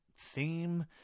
theme